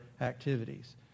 activities